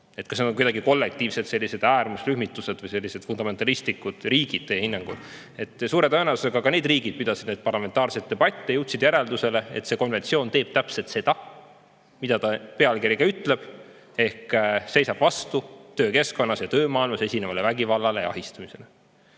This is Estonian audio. need on kuidagi kollektiivselt sellised äärmusrühmitused või fundamentalistlikud riigid teie hinnangul? Suure tõenäosusega ka need riigid pidasid parlamentaarseid debatte, jõudsid järeldusele, et see konventsioon teeb täpselt seda, mida ta pealkirigi ütleb, ehk seisab vastu töökeskkonnas ja töömaailmas esinevale vägivallale ja ahistamisele.